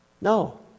no